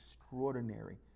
extraordinary